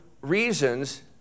reasons